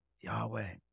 Yahweh